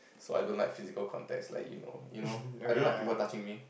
so I don't like physical contacts like you know you know I don't like people touching me